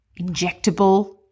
injectable